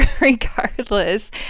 regardless